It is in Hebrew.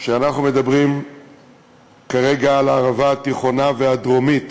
שאנחנו מדברים כרגע על הערבה התיכונה והדרומית,